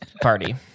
party